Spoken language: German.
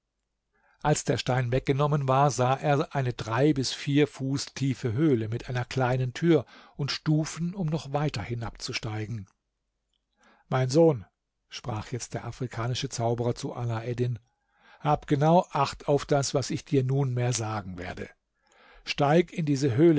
als der stein weggenommen war sah er eine drei bis vier fuß tiefe höhle mit einer kleinen tür und stufen um noch weiter hinabzusteigen mein sohn sprach jetzt der afrikanische zauberer zu alaeddin hab genau acht auf das was ich dir nunmehr sagen werde steig in diese höhle